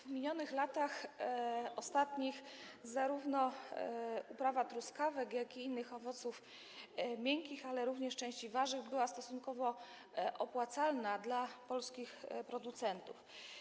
W minionych latach, ostatnich, zarówno uprawa truskawek, jak i innych owoców miękkich, ale również części warzyw była stosunkowo opłacalna dla polskich producentów.